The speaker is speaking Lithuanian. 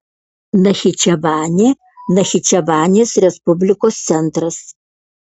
nachičevanė nachičevanės respublikos centras